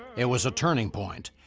it was a turning point.